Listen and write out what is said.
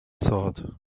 thought